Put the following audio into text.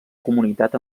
comunitat